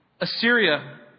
Assyria